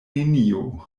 neniu